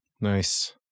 Nice